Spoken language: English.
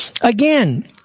again